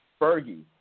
Fergie